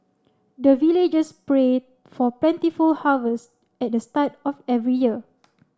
the villagers pray for plentiful harvest at the start of every year